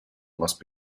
must